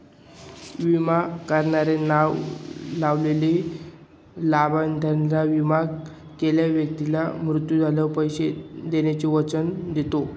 विमा करणारा नाव लावलेल्या लाभार्थीला, विमा केलेल्या व्यक्तीचा मृत्यू झाल्यास, पैसे देण्याचे वचन देतो